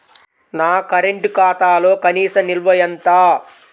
నా కరెంట్ ఖాతాలో కనీస నిల్వ ఎంత?